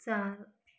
चार